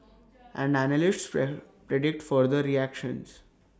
and analysts predict further ructions